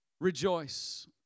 Rejoice